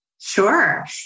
Sure